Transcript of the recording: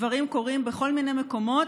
דברים קורים בכל מיני מקומות,